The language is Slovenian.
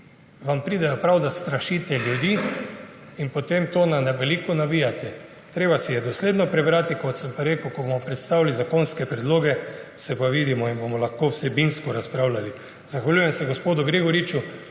vam pridejo prav, da strašite ljudi, in potem to na veliko navijate. Treba si je dosledno prebrati, kot sem rekel, ko pa bomo predstavili zakonske predloge, se pa vidimo in bomo lahko vsebinsko razpravljali. Zahvaljujem se gospodu Gregoriču,